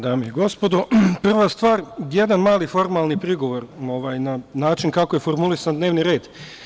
Dame i gospodo, prva stvar, jedan mali formalni prigovor na način kako je formulisan dnevni red.